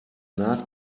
nach